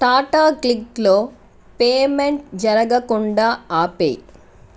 టాటా క్లిక్లో పేమెంట్ జరగకుండా ఆపేయి